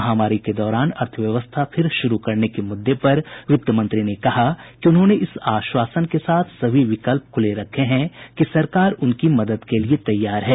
महामारी के दौरान अर्थव्यवस्था फिर शुरू करने के मुद्दे पर वित्तमंत्री ने कहा कि उन्होंने इस आश्वासन के साथ सभी विकल्प खुले रखे हैं कि सरकार उनकी मदद के लिए तैयार है